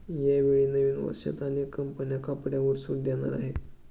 यावेळी नवीन वर्षात अनेक कंपन्या कपड्यांवर सूट देणार आहेत